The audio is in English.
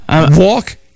Walk